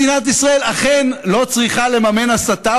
מדינת ישראל אכן לא צריכה לממן הסתה.